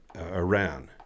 Iran